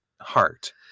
heart